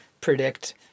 predict